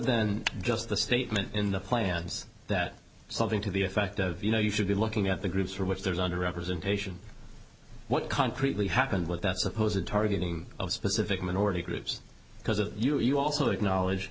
then just the statement in the plans that something to the effect of you know you should be looking at the groups for which there is under representation what concretely happened with that suppose it targeting of specific minority groups because you also acknowledge